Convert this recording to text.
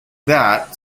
that